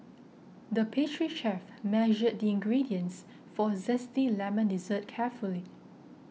the pastry chef measured the ingredients for a Zesty Lemon Dessert carefully